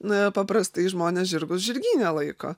na paprastai žmonės žirgus žirgyne laiko